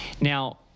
Now